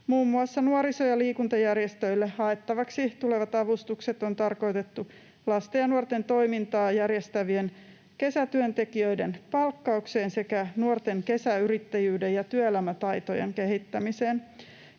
Muun muassa nuoriso‑ ja liikuntajärjestöille haettavaksi tulevat avustukset on tarkoitettu lasten ja nuorten toimintaa järjestävien kesätyöntekijöiden palkkaukseen sekä nuorten kesäyrittäjyyden ja työelämätaitojen kehittämiseen.